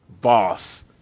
boss